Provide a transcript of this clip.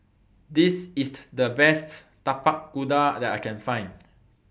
This IS The Best Tapak Kuda that I Can Find